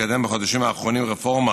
מקדם בחודשים האחרונים רפורמה